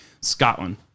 Scotland